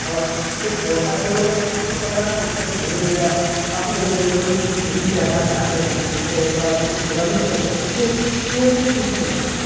और जो छोटा सा होता है ना उसको धीरे धीरे अब देखिए कोई सीढ़ी चढ़ना चाहते हैं तो उसको एक बार में तो पूरा नहीं चढ़ सकते एक ही सीढ़ी चढ़ सकते हैं